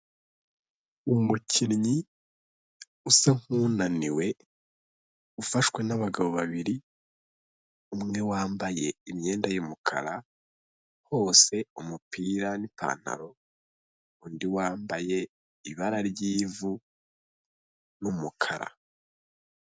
Umukinnyi usa nk'unaniwe ufashwe n'abagabo babiri umwe wambaye imyenda y'umukara hose k'umupira n'ipantaro, undi wambaye ibara ry'ivu n'umukara.